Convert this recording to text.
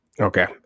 Okay